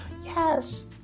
yes